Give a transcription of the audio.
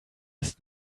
ist